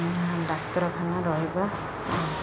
ଡାକ୍ତରଖାନା ରହିବା